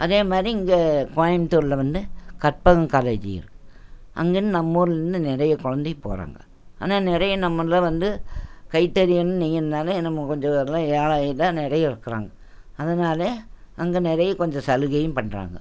அதே மாதிரி இங்கே கோயமுத்தூரில் வந்து கற்பகம் காலேஜ் இருக்கு அங்கே இருந்து நம்ம ஊரில் இருந்து நிறைய குழந்தைங்க போகிறாங்க ஆனால் நிறைய நம்மளில் வந்து கைத்தறியைன்னு நெயின்னுனாலும் நம்ம கொஞ்சம் எல்லாம் ஏழையெல்லாம் நிறைய இருக்கிறாங்க அதனாலே அங்கே நிறைய கொஞ்சம் சலுகையும் பண்ணுறாங்க